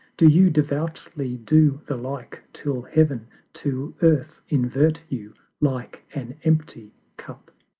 do you devoutly do the like, till heav'n to earth invert you like an empty cup.